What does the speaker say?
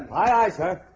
aye aye sir